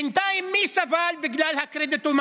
בינתיים מי סבל מהקרדיטומניה?